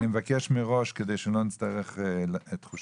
אני מבקש מראש כדי שלא נצטרך תחושה.